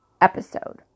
episode